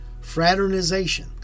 Fraternization